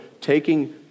taking